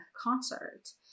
concert